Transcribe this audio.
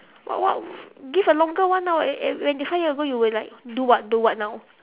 what what give a longer one ah err err when five year ago you were like do what do what now